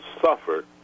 suffered